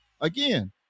Again